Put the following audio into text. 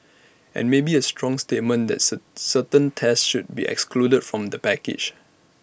and maybe A strong statement that sir certain tests should be excluded from the package